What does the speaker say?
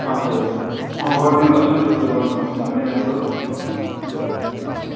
हजुर हजुर अँ गरिदिनुहोस् न त्यस्तो गर्नु भयो भने झनै राम्रो हो अन्त